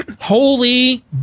Holy